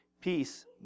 peace